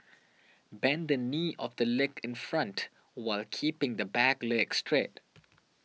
bend the knee of the leg in front while keeping the back leg straight